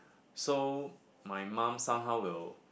so my mum somehow will